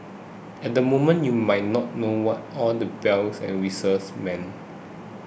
at the moment you might not know what all the bells and whistles mean